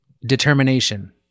determination